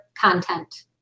content